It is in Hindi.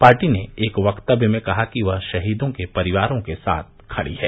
पार्टी ने एक वक्तव्य में कहा कि वह शहीदों के परिवारों के साथ खड़ी है